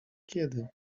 kiedy